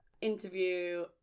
interview